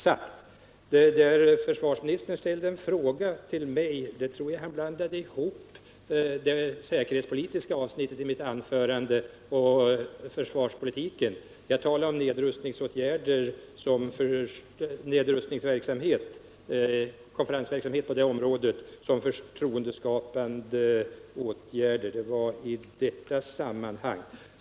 Jag tror att försvarsministern när han ställde en fråga till mig förväxlade det säkerhetspolitiska avsnittet i mitt anförande med den del som avsåg försvarspolitiken. Min bedömning gällde att verksamheten på nedrustningsområdet har en förtroerddeskapande effekt och framfördes i det säkerhetspolitiska avsnittet.